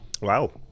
Wow